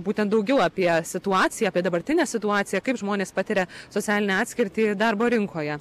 būtent daugiau apie situaciją apie dabartinę situaciją kaip žmonės patiria socialinę atskirtį darbo rinkoje